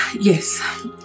Yes